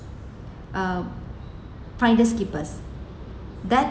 uh finders keepers that